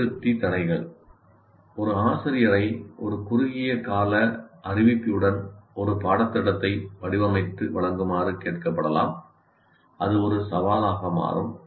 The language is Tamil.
அபிவிருத்தி தடைகள் ஒரு ஆசிரியரை ஒரு குறுகிய கால அறிவிப்புடன் ஒரு பாடத்திட்டத்தை வடிவமைத்து வழங்குமாறு கேட்கப்படலாம் அது ஒரு சவாலாக மாறும்